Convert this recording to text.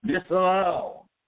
Disallow